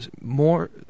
more